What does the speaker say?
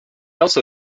also